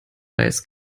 eis